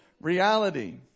reality